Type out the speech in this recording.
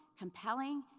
compelling,